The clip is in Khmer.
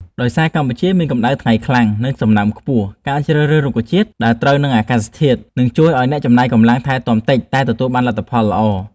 ដោយសារកម្ពុជាមានកម្ដៅថ្ងៃខ្លាំង និងសំណើមខ្ពស់ ការជ្រើសរើសរុក្ខជាតិដែល ត្រូវនឹងអាកាសធាតុ នឹងជួយឱ្យអ្នកចំណាយកម្លាំងថែទាំតិចតែទទួលបានលទ្ធផលល្អ